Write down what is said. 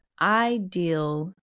ideal